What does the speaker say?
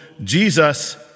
Jesus